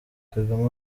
kagame